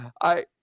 I-